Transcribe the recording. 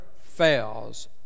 fails